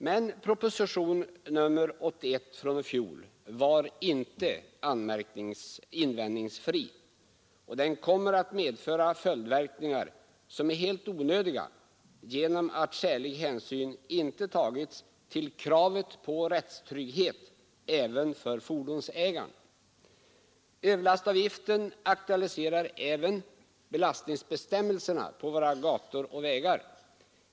Men propositionen 81 i fjol var inte invändningsfri, och den kommer att medföra följdverkningar som är helt onödiga genom att skälig hänsyn inte tagits till kravet på rättstrygghet även för fordonsägare. Överlastavgifterna aktualiserar även belastningsbestämmelserna för våra gator och vägar.